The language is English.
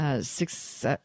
six